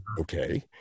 Okay